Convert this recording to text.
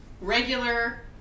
regular